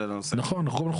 נכון, נכון.